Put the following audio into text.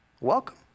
Welcome